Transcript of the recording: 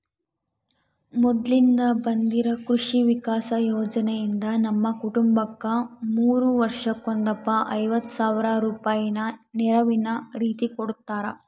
ಮೊದ್ಲಿಂದ ಬಂದಿರೊ ಕೃಷಿ ವಿಕಾಸ ಯೋಜನೆಯಿಂದ ನಮ್ಮ ಕುಟುಂಬಕ್ಕ ಮೂರು ವರ್ಷಕ್ಕೊಂದಪ್ಪ ಐವತ್ ಸಾವ್ರ ರೂಪಾಯಿನ ನೆರವಿನ ರೀತಿಕೊಡುತ್ತಾರ